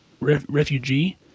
refugee